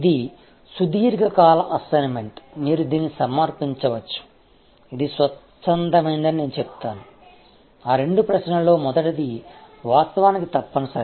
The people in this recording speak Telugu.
ఇది సుదీర్ఘ కాల అసైన్మెంట్ మీరు దీన్ని సమర్పించవచ్చు ఇది స్వచ్ఛందమని నేను చెప్తాను ఆ రెండు ప్రశ్నలలోమొదటిది వాస్తవానికి తప్పనిసరి